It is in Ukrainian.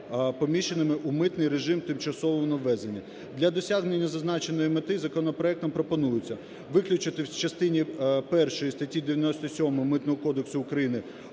поміщеними у митний режим тимчасово на ввезення. Для досягнення зазначеної мети законопроектом пропонується виключити в частині першій статті 97 Митного кодексу України